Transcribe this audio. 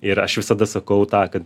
ir aš visada sakau tą kad